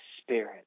Spirit